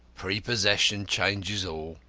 prepossession changes all.